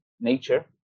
nature